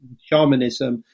shamanism